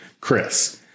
chris